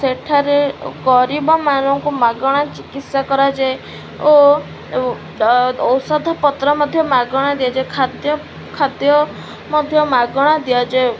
ସେଠାରେ ଗରିବମାନଙ୍କୁ ମାଗଣା ଚିକିତ୍ସା କରାଯାଏ ଓ ଔଷଧ ପତ୍ର ମଧ୍ୟ ମାଗଣା ଦିଆଯାଏ ଖାଦ୍ୟ ଖାଦ୍ୟ ମଧ୍ୟ ମାଗଣା ଦିଆଯାଏ